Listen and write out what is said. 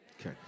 Okay